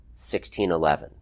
1611